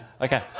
Okay